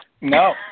No